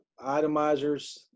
itemizers